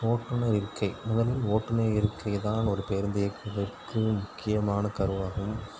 ஓட்டுநர் இருக்கை முதலில் ஓட்டுநர் இருக்கை தான் ஒரு பேருந்தை இயக்குவதற்கு முக்கியமான கருவாகும்